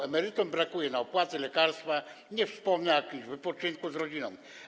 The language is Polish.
Emerytom brakuje na opłaty, lekarstwa, nie wspomnę o jakimś wypoczynku z rodziną.